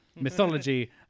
mythology